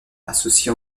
associé